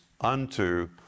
unto